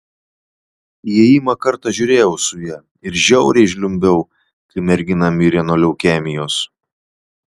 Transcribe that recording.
įėjimą kartą žiūrėjau su ja ir žiauriai žliumbiau kai mergina mirė nuo leukemijos